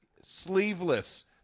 Sleeveless